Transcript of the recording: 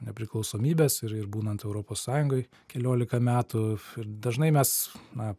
nepriklausomybės ir ir būnant europos sąjungoj keliolika metų f dažnai mes na